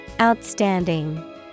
Outstanding